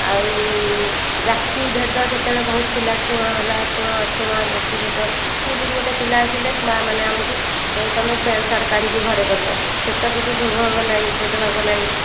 ଆଉ ଜାତିଭେଦ ସେତେବେଳେ ବହୁତ ଥିଲା ଛୁଆଁ ହେଲା ଛୁଆଁ ଅଛୁଆଁ ଜାତିଭେଦ ସ୍କୁଲରୁ ଗୋଟିଏ ପିଲା ଆସିଲେ ମା ମାନେ ଆମକୁ କୁହେ ତୁମେ ପ୍ୟାଣ୍ଟସାର୍ଟ କାଢ଼ିକି ଘରେ ପଶ ସେତକ ବି ଭେବଭାବ ଭେଦଭାବ ନାହିଁ